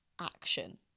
action